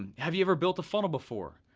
and have you ever built a funnel before?